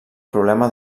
problema